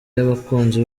y’abakunzi